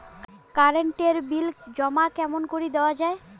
Current এর bill জমা কেমন করি দেওয়া যায়?